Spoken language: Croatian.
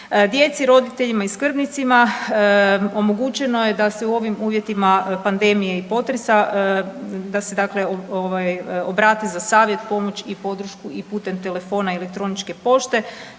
Djeci, roditeljima i skrbnicima omogućeno je da se u ovim uvjetima pandemije i potresa da se obrate za savjet, pomoć i podršku i putem telefona, elektroničke pošte